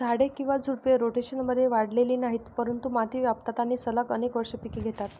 झाडे किंवा झुडपे, रोटेशनमध्ये वाढलेली नाहीत, परंतु माती व्यापतात आणि सलग अनेक वर्षे पिके घेतात